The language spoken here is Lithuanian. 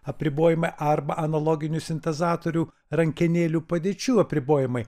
apribojimai arba analoginių sintezatorių rankenėlių padėčių apribojimai